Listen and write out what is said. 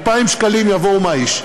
2,000 שקלים יבואו מהאיש,